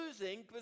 losing